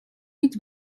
mit